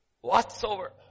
whatsoever